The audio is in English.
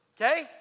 okay